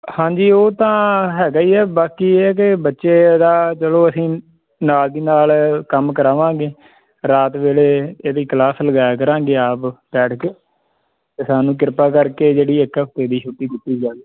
ਹਾਂਜੀ ਉਹ ਤਾਂ ਹੈਗਾ ਹੀ ਹੈ ਬਾਕੀ ਇਹ ਕਿ ਬੱਚੇ ਦਾ ਚਲੋ ਅਸੀਂ ਨਾਲ ਦੀ ਨਾਲ ਕੰਮ ਕਰਾਵਾਂਗੇ ਰਾਤ ਵੇਲੇ ਇਹਦੀ ਕਲਾਸ ਲਗਾਇਆ ਕਰਾਂਗੇ ਆਪ ਬੈਠ ਕੇ ਅਤੇ ਸਾਨੂੰ ਕਿਰਪਾ ਕਰਕੇ ਜਿਹੜੀ ਇੱਕ ਹਫ਼ਤੇ ਦੀ ਛੁੱਟੀ ਦਿੱਤੀ ਜਾਵੇ